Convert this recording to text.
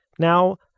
now,